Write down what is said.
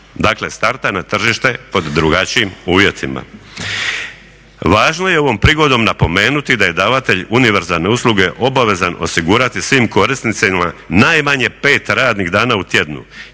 Dakle, starta na tržište pod drugačijim uvjetima. Važno je ovom prigodom napomenuti da je davatelj univerzalne usluge obavezan osigurati svim korisnicima najmanje 5 radnih dana u tjednu,